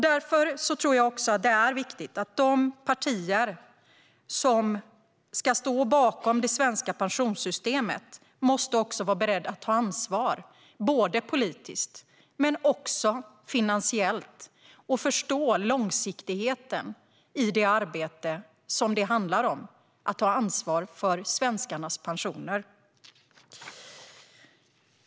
Därför tror jag att det är viktigt att de partier som ska stå bakom det svenska pensionssystemet är beredda att ta ansvar, både politiskt och finansiellt, och förstår långsiktigheten i det arbete som det handlar om: att ta ansvar för svenskarnas pensioner.